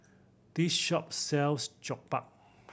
this shop sells Jokbal